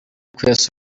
kwesa